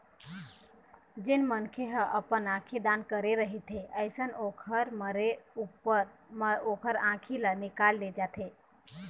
जेन मनखे मन ह अपन आंखी दान करे रहिथे अइसन ओखर मरे ऊपर म ओखर आँखी ल निकाल ले जाथे